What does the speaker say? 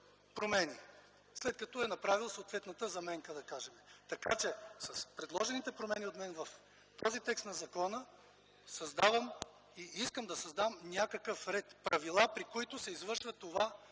промени, след като е направил съответната заменка, да кажем. Така, че с предложените промени от мен в този текст на закона създавам и искам да създам някакъв ред, правила при които се извършва това,